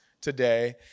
today